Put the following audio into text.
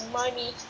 money